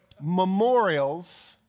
memorials